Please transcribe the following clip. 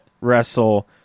wrestle